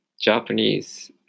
Japanese